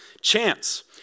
Chance